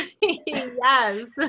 yes